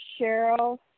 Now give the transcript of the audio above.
Cheryl